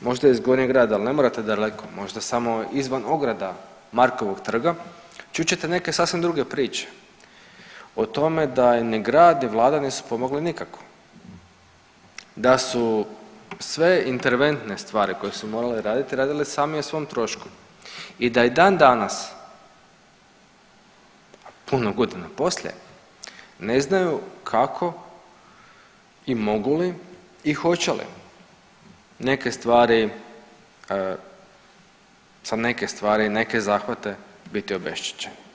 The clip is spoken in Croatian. možda iz Gornjeg grada, ali ne morate daleko, možda samo izvan ograda Markovog trga, čut ćete neke sasvim druge priče o tome da im ni grad ni vlada nisu pomogli nikako, da su sve interventne stvari koje su morali raditi radili sami o svom trošku i da i dan danas puno godina poslije ne znaju kako i mogu li i hoće li neke stvari, za neke stvari i neke zahvate biti obeštećeni.